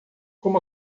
como